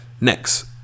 Next